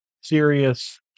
serious